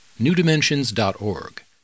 newdimensions.org